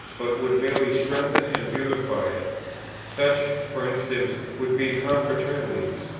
but would merely strengthen and beautify it such, for instance, would be confraternities,